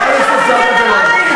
חברת הכנסת זהבה גלאון,